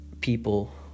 people